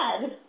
bad